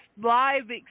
live